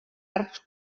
arcs